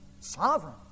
sovereign